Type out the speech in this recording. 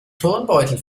turnbeutel